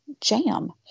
jam